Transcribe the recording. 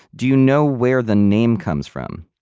do you know where the name comes from?